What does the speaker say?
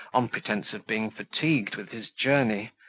on pretence of being fatigued with his journey,